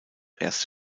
erste